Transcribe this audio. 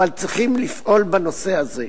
אך יש לפעול בנושא הזה.